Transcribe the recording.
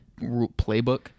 playbook